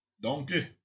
Donkey